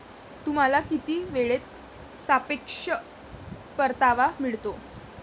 तुम्हाला किती वेळेत सापेक्ष परतावा मिळतो?